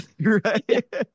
right